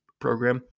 program